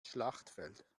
schlachtfeld